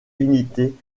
unités